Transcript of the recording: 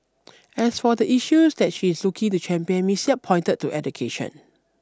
as for the issues that she is looking to champion Ms Yap pointed to education